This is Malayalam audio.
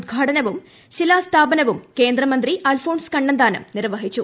ഉദ്ഘാടനവും ശിലാസ്ഥാപനവും കേന്ദ്രമന്ത്രി അൽഫോൺസ് കണ്ണന്താനം നിർവ്വഹിച്ചു